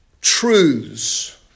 truths